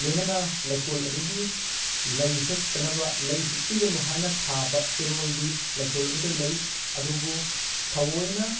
ꯂꯣꯏꯅꯅ ꯂꯩꯀꯣꯜ ꯑꯗꯨꯒꯤ ꯂꯩ ꯍꯦꯛꯇꯅꯕ ꯂꯩ ꯍꯦꯛꯄꯤꯒꯅꯣ ꯍꯥꯏꯅ ꯊꯥꯕ ꯆꯦꯔꯣꯜꯗꯤ ꯂꯩꯀꯣꯜ ꯑꯗꯨꯗ ꯂꯩ ꯑꯗꯨꯕꯨ ꯊꯧꯑꯣꯏꯅ